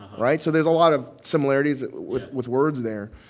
right? so there's a lot of similarities with with words there.